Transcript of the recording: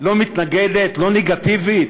לא מתנגדת, לא נגטיבית?